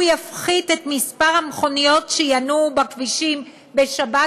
הוא יפחית את מספר המכונית שינועו בכבישים בשבת,